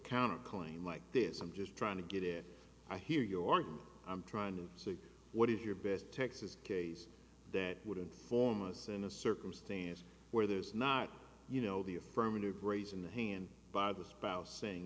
counterclaim like this i'm just trying to get in i hear your argument i'm trying to see what is your best texas case that would inform us in a circumstance where there's not you know the affirmative raising the hand by the spouse saying